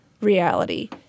reality